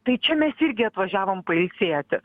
tai čia mes irgi atvažiavom pailsėti